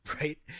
Right